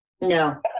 no